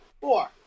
Four